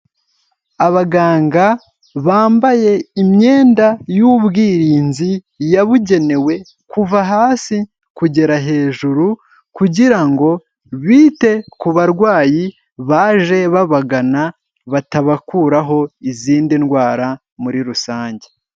Abaganga bambaye imyenda y'ubwirinzi yabugenewe kuva hasi kugera hejuru kugira ngo bite ku barwayi baje babagana batabakuraho izindi ndwara muri rusange.